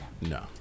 No